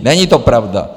Není to pravda.